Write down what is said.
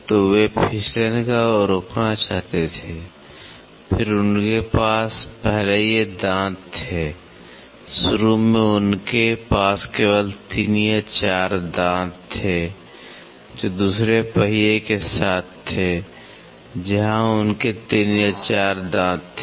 तो वे फिसलन को रोकना चाहते थे फिर उनके पास पहले ये दांत थे शुरू में उनके पास केवल ३ या ४ दाँत थे जो दूसरे पहिये के साथ थे जहाँ उनके ३ या ४ दाँत थे